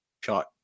shot